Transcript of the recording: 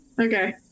Okay